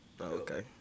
Okay